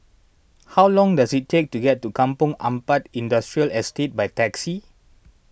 how long does it take to get to Kampong Ampat Industrial Estate by taxi